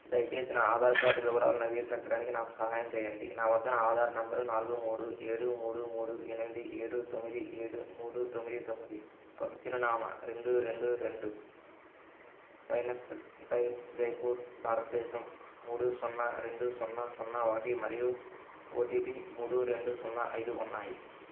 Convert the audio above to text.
దయచేసి నా ఆధార్ కార్డ్ వివరాలను నవీకరించడానికి నాకు సహాయం చేయండి నా వద్ద నా ఆధార్ నెంబరు నాలుగు మూడు ఏడు మూడు మూడు ఎనిమిది ఏడు తొమ్మిది ఏడు మూడు తొమ్మిది తొమ్మిది కొత్త చిరునామా రెండు రెండు రెండు పైన్క్రెస్ట్ డ్రైవ్ జైపూర్ భారతదేశం మూడు సున్నా రెండు సున్నా సున్నా ఒకటి మరియు ఓటీపీ మూడు రెండు సున్నా ఐదు ఉన్నాయి